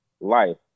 life